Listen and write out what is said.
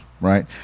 Right